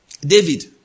David